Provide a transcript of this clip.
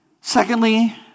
Secondly